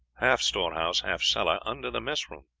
half storehouse half cellar, under the mess room.